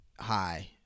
hi